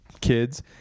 kids